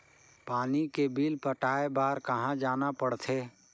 पानी के बिल पटाय बार कहा जाना पड़थे?